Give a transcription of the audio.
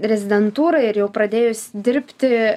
rezidentūrą ir jau pradėjus dirbti